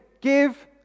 give